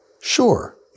Sure